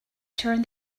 turn